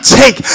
take